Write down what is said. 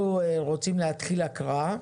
אנחנו רוצים להתחיל הקראה.